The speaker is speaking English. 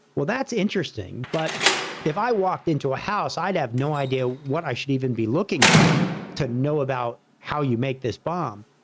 well, that's interesting, but if i walked into a house, i'd have no idea what i should even be looking for, to know about how you make this bomb,